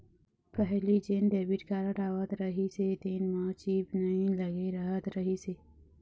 पहिली जेन debit card आवत रहिस हे तेन म चिप नइ लगे रहत रहिस हे